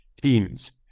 teams